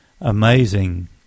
amazing